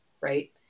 Right